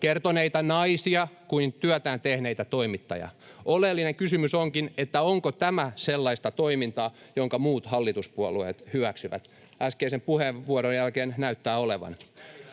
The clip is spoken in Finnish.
kertoneita naisia kuin työtään tehneitä toimittajia. Oleellinen kysymys onkin: onko tämä sellaista toimintaa, jonka muut hallituspuolueet hyväksyvät? Äskeisen puheenvuoron jälkeen näyttää olevan.